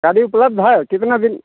गाड़ी उपलब्ध है कितना दिन